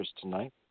tonight